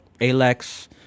Alex